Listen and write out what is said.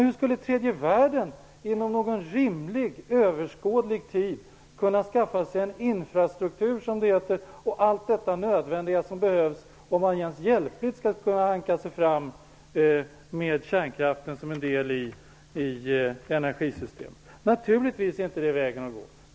Hur skulle tredje världen inom någon rimlig, överskådlig tid kunna skaffa sig en infrastruktur, som det heter, och allt detta andra som behövs om man ens hjälpligt skall kunna hanka sig fram med kärnkraften som en del i ett energisystem? Naturligtvis är inte det en väg att gå.